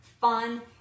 fun